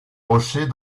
rocher